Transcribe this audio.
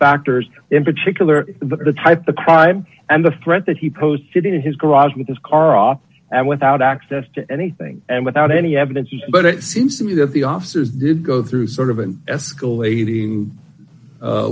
factors in particular the type of crime and the threat that he posed sitting in his garage with his car off and without access to anything and without any evidence but it seems to me that the officers did go through sort of an escalating